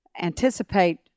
anticipate